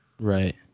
right